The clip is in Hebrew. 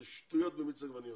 אלה שטויות במיץ עגבניות.